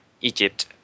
Egypt